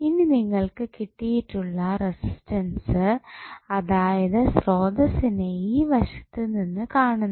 ഇനി നിങ്ങൾക്കു കിട്ടിയിട്ടുള്ള റസിസ്റ്റൻസ് അതായത് സ്രോതസ്സിനെ ഈ വശത്തുനിന്ന് കാണുന്നത്